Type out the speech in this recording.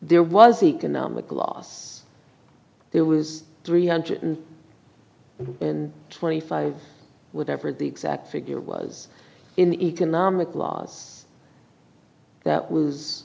there was economic loss there was three hundred twenty five whatever the exact figure was in the economic laws that was